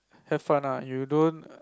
have fun ah you don't